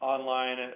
Online